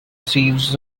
sieves